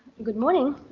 good morning,